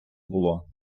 було